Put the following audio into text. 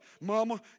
Mama